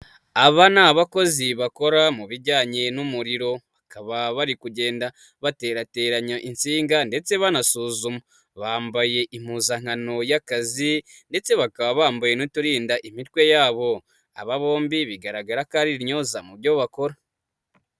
Aba ni abakozi bakora mu bijyanye n'umuriro, bakaba bari kugenda baterateranya insinga ndetse banasuzuma, bambaye impuzankano y'akazi ndetse bakaba bambaye n'uturinda imitwe yabo. Aba bombi bigaragara ko ari intyoza mu byo bakora.